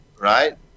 right